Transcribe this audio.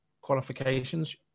qualifications